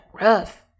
rough